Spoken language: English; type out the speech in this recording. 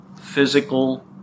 physical